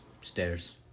stairs